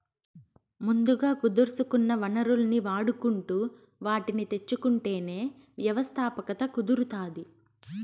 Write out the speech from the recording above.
ముందుగా కుదుర్సుకున్న వనరుల్ని వాడుకుంటు వాటిని తెచ్చుకుంటేనే వ్యవస్థాపకత కుదురుతాది